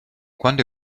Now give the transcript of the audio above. quando